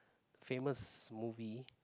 famous movie